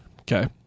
Okay